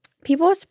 people